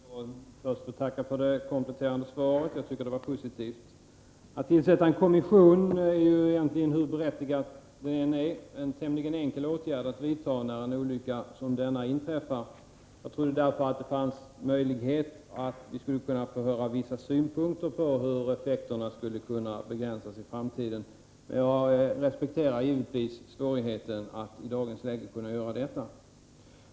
Herr talman! Låt mig först få tacka för det kompletterande svaret, som var positivt. Att tillsätta en kommission är egentligen, hur berättigat det än är, en tämligen enkel åtgärd att vidta när en olycka som denna inträffar. Jag trodde därför att det fanns möjlighet att vi skulle kunna få höra vissa synpunkter på hur effekterna kan begränsas i framtiden, men jag respekterar givetvis svårigheten att i dagens läge ge sådana.